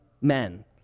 men